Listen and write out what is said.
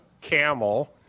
camel—